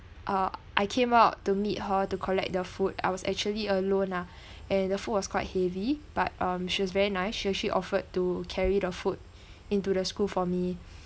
uh I came out to meet her to collect the food I was actually alone ah and the food was quite heavy but um she was very nice so she offered to carry the food into the school for me